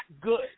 good